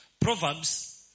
Proverbs